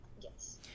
yes